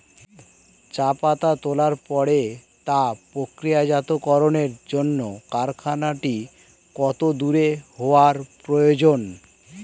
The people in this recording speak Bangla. চা পাতা তোলার পরে তা প্রক্রিয়াজাতকরণের জন্য কারখানাটি কত দূর হওয়ার প্রয়োজন?